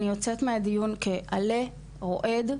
אני יוצאת מהדיון כעלה רועד,